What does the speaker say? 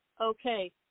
okay